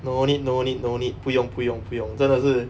no need no need no need 不用不用不用真的是